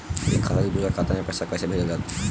एक खाता से दूसरा खाता में पैसा कइसे भेजल जाला?